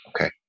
Okay